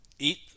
Eat